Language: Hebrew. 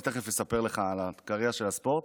תכף אני אספר לך על הקריירה של הספורט.